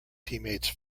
teammates